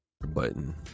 Button